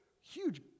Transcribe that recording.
huge